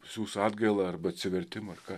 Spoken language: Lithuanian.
siųs atgailą arba atsivertimą ar ką